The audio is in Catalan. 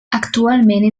actualment